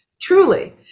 truly